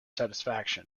satisfaction